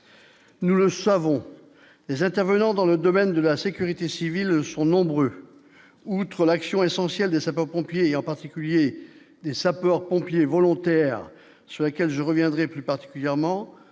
Nous le savons, les intervenants dans le domaine de la sécurité civile sont nombreuses : outre l'action essentielle des sapeurs-pompiers et en particulier des sapeurs-pompiers volontaires sur laquelle je reviendrai plus particulièrement